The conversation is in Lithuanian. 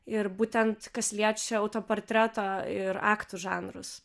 ir būtent kas liečia autoportretą ir aktų žanrus